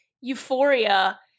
Euphoria